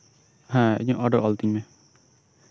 ᱦᱮᱸ ᱤᱧᱟᱹᱜ ᱚᱰᱟᱨ ᱚᱞ ᱛᱤᱧ ᱢᱮ